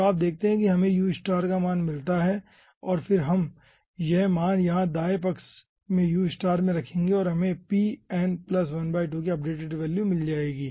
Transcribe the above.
तो आप देखते हैं पहले हमें u का मान मिलता है और फिर हम यह मान यहाँ दाएं पक्ष में u में रखेंगे और हमें pn ½ की अपडेटेड वैल्यू मिल जाएगी